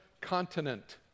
Continent